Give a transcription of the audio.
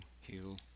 heal